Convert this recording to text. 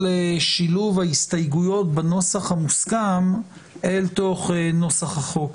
שילוב ההסתייגויות בנוסח המוסכם אל תוך נוסח החוק.